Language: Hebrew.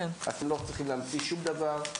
אז אתם לא צריכים להמציא שום דבר,